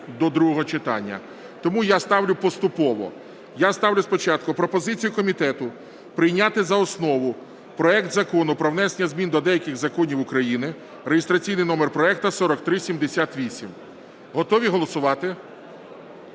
до другого читання. Тому я ставлю поступово. Я ставлю спочатку пропозицію комітету прийняти за основу проект Закону про внесення змін до деяких законів України (реєстраційний номер проекту 4378). Готові голосувати?